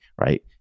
Right